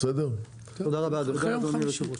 תודה רבה, הישיבה נעולה.